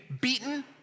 beaten